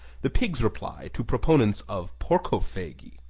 the pig's reply to proponents of porcophagy.